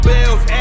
Bills